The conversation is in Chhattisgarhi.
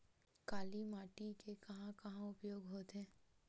काली माटी के कहां कहा उपयोग होथे?